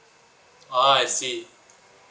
ah I see